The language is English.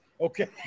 Okay